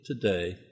today